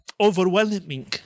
overwhelming